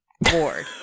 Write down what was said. bored